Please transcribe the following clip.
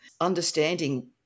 understanding